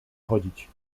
chodzić